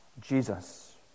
Jesus